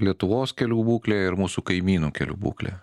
lietuvos kelių būklė ir mūsų kaimynų kelių būklė